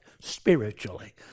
spiritually